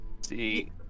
See